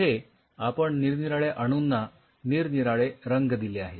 इथे आपण निरनिराळ्या अणूंना निरनिराळे रंग दिले आहेत